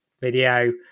video